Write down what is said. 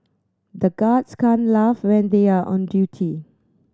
the guards can't laugh when they are on duty